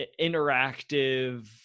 interactive